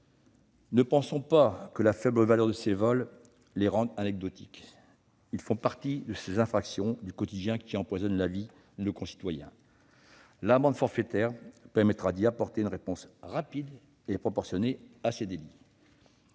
Ne pensons pas que la faible valeur de ces vols les rende anecdotiques : ils font partie de ces infractions du quotidien qui empoisonnent la vie de nos concitoyens. L'amende forfaitaire permettra d'apporter une réponse rapide et proportionnée à ces délits.